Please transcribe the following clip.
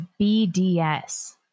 BDS